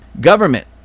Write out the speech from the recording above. government